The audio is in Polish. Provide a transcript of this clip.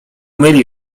myli